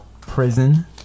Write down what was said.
prison